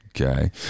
okay